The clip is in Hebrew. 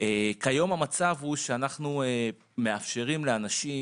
כיום, המצב הוא שאנחנו מאפשרים לאנשים